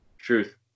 truth